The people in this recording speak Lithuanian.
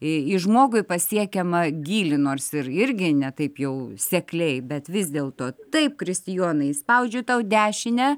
į į žmogui pasiekiamą gylį nors ir irgi ne taip jau sekliai bet vis dėlto taip kristijonai spaudžiu tau dešinę